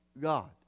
God